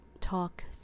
talk